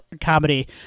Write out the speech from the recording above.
comedy